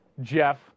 Jeff